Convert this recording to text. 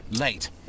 late